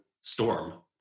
storm